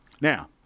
Now